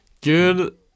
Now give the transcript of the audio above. Good